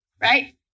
right